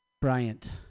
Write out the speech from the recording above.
Bryant